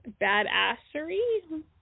badassery